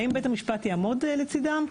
האם בית המשפט יעמוד לצידם,